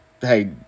hey